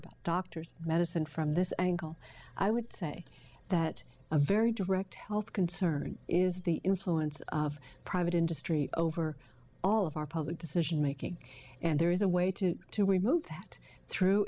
about doctors and medicine from this angle i would say that a very direct health concern is the influence of private industry over all of our public decision making and there is a way to to we move that through